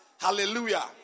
Hallelujah